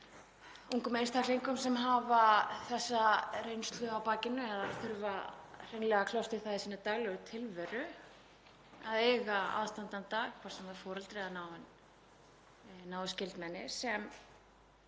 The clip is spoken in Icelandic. ungum einstaklingum sem hafa þessa reynslu á bakinu eða þurfa hreinlega að kljást við það í sinni daglegu tilveru að eiga aðstandanda, hvort sem það er foreldri eða náið skyldmenni, sem